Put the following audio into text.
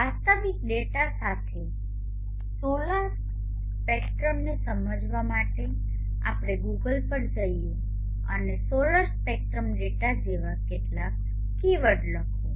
વાસ્તવિક ડેટા સાથે સોલર સ્પેક્ટ્રમને સમજવા માટે ચાલો આપણે ગૂગલ પર જઈએ અને સોલર સ્પેક્ટ્રમ ડેટા જેવા કેટલાક કીવર્ડ્સ લખો